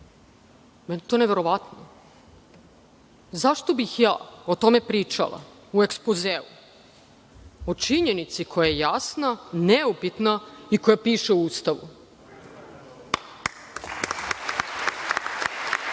Meni je to neverovatno. Zašto bih ja o tome pričala u ekspozeu, o činjenici koja je jasna, neupitna i koja piše u